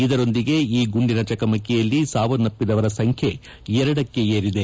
ಇದರೊಂದಿಗೆ ಈ ಗುಂಡಿನ ಚಕಮಕಿಯಲ್ಲಿ ಸಾವನ್ನಪ್ಪದವರ ಸಂಖ್ಯೆ ಎರಡಕ್ಕೇರಿದೆ